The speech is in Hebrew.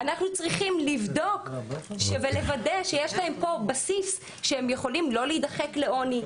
אנחנו צריכים לבדוק ולוודא שיש להם פה בסיס שהם יכולים לא להידחק לעוני,